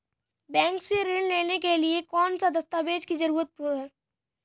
Bank से ऋण लेने के लिए कौन से दस्तावेज की जरूरत है?